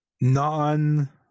non—